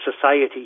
society